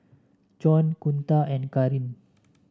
Con Kunta and Kareen